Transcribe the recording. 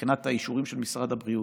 מבחינת האישורים של משרד הבריאות,